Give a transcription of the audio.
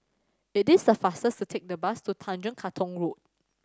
it is faster to take the bus to Tanjong Katong Road